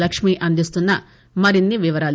లక్ష్మి అందిస్తున్న మరిన్ని వివరాలు